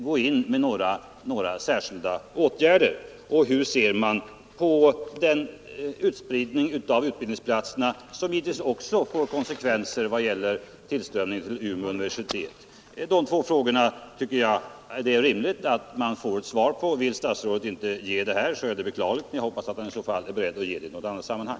Hur ser statsmakterna på den utspridning av utbildningsplatserna som givetvis också får konsekvenser vad gäller tillströmningen till Umeå universitet? Jag tycker det är rimligt att vi får ett svar på dessa två frågor. Vill statsrådet inte ge svar här är det beklagligt, men jag hoppas att han i så fall är beredd att svara i annat sammanhang.